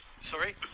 Sorry